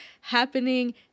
happening